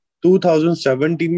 2017